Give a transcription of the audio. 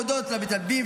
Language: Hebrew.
להודות למתנדבים,